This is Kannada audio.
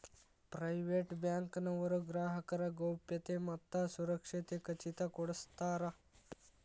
ಪ್ರೈವೇಟ್ ಬ್ಯಾಂಕ್ ನವರು ಗ್ರಾಹಕರ ಗೌಪ್ಯತೆ ಮತ್ತ ಸುರಕ್ಷತೆ ಖಚಿತ ಕೊಡ್ಸತಾರ